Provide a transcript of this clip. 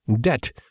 debt